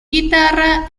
guitarra